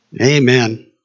Amen